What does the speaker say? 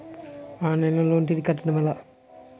Online లో loan తిరిగి కట్టడం ఎలా?